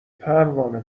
پروانه